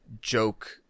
joke